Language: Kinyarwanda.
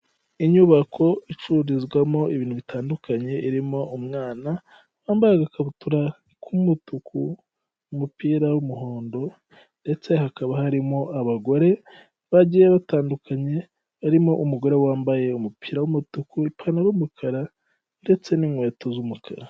Inyubako icururizwamo ibintu bitandukanye, irimo umwana wambaye agakabutura k'umutuku umupira w'umuhondo, ndetse hakaba harimo abagore bagiye batandukanye, barimo umugore wambaye umupira w'umutuku, ipantaro y'umukara ndetse n'inkweto z'umukara.